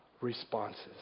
responses